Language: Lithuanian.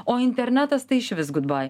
o internetas tai išvis gudbai